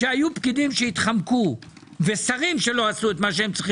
כשהיו פקידים שהתחמקו ושרים שלא עשו מה שצריך